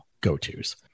go-tos